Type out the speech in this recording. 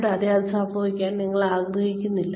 കൂടാതെ അത് സംഭവിക്കാൻ നിങ്ങൾ ആഗ്രഹിക്കുന്നില്ല